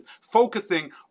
focusing